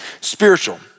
spiritual